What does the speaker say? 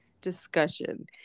discussion